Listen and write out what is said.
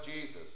Jesus